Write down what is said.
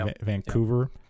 Vancouver